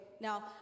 Now